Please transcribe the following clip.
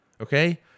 Okay